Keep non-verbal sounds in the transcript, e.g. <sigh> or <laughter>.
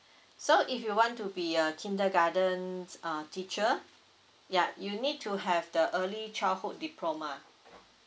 <breath> so if you want to be a kindergarten uh teacher ya you need to have the early childhood diploma